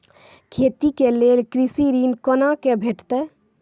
खेती के लेल कृषि ऋण कुना के भेंटते?